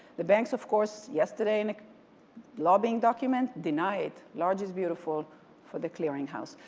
the banks of course yesterday in a lobbying document denied. large is beautiful for the clearing house.